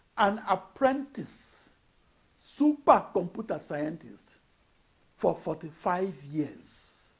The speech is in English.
an apprentice supercomputer scientist for forty-five years.